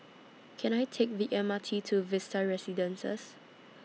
Can I Take The M R T to Vista Residences